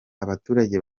abaturage